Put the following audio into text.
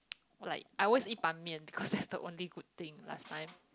like I always eat Ban-Mian because that's the only good thing last time